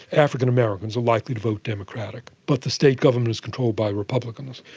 african-americans are likely to vote democratic, but the state government is controlled by republicans.